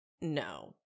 no